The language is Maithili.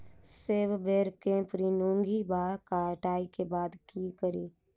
सेब बेर केँ प्रूनिंग वा कटाई केँ बाद की करि?